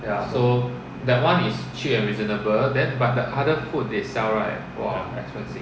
ya